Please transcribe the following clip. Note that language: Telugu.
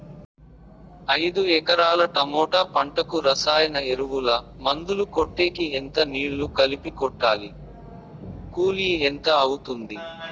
ఐదు ఎకరాల టమోటా పంటకు రసాయన ఎరువుల, మందులు కొట్టేకి ఎంత నీళ్లు కలిపి కొట్టాలి? కూలీ ఎంత అవుతుంది?